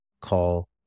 call